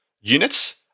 units